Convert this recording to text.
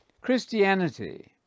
Christianity